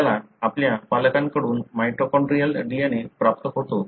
आपल्याला आपल्या पालकांकडून माइटोकॉन्ड्रियल DNA प्राप्त होतो